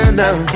now